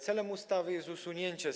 Celem ustawy jest usunięcie z